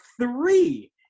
three